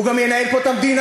הוא גם ינהל פה את המדינה.